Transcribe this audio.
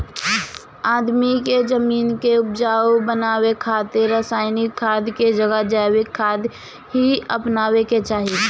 आदमी के जमीन के उपजाऊ बनावे खातिर रासायनिक खाद के जगह जैविक खाद ही अपनावे के चाही